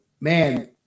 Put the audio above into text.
man